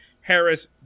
Harris